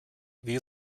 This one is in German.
wie